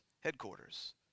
headquarters